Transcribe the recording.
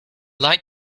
like